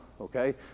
Okay